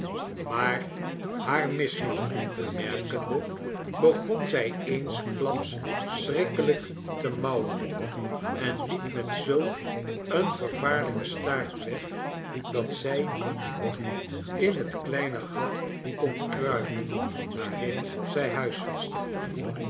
maar haar misslag bemerkende begonzlj eensklaps schrikkelijk te mauwen en liep met zulk een vervaarlijken staart weg dat zij niet in het kleine gat kon kruipen waarin zij huisvestte